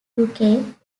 duke